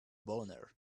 boner